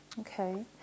Okay